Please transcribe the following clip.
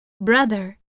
Brother